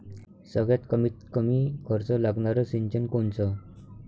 सगळ्यात कमीत कमी खर्च लागनारं सिंचन कोनचं?